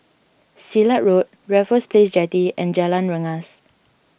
Silat Road Raffles Place Jetty and Jalan Rengas